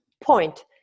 point